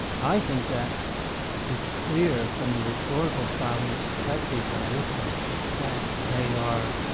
i think that it's clear from the rhetorical style in which the tragedies are written that they are,